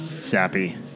sappy